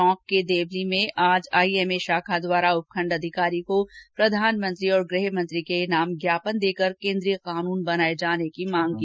टोंक के देवली में आज आईएमए शाखा द्वारा उपखण्ड अधिकारी को प्रधानमंत्री और गृहमंत्री के नाम ज्ञापन देकर केन्द्रीय कानून बनाये जाने की मांग की